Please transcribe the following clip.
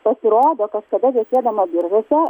pasirodo kažkada viešėdama biržuose